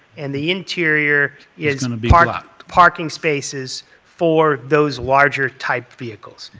and the interior is parking ah parking spaces for those larger type vehicles.